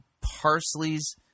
Parsley's